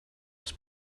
das